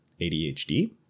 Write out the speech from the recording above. ADHD